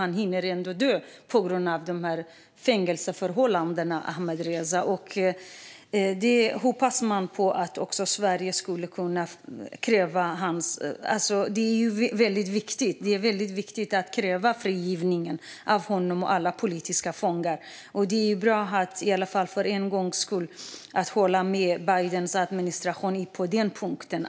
Han hinner kanske dö på grund av fängelseförhållandena innan de dödar honom. Det är väldigt viktigt att Sverige kräver frigivning av honom och alla politiska fångar, och det är bra att för en gångs skull kunna hålla med Bidens administration på den punkten.